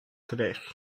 tres